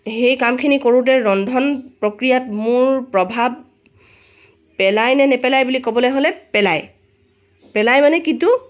সেই কামখিনি কৰোঁতে ৰন্ধন প্ৰক্ৰিয়াত মোৰ প্ৰভাৱ পেলাইনে নেপেলাই বুলি ক'বলৈ হ'লে পেলাই পেলাই মানে কিটো